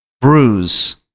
bruise